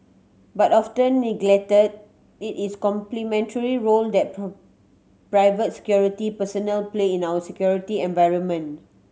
but often neglected it is complementary role that private security personnel play in our security environment